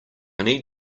need